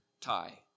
tie